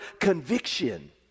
conviction